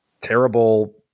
terrible